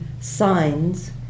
signs